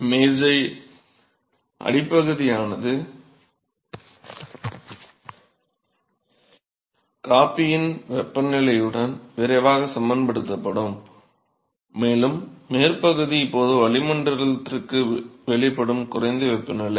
எனவே மேஜையின் அடிப்பகுதியானது காபியின் வெப்பநிலையுடன் விரைவாகச் சமன்படுத்தப்படும் மேலும் மேற்பகுதி இப்போது வளிமண்டலத்திற்கு வெளிப்படும் குறைந்த வெப்பநிலை